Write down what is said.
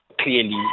clearly